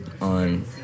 on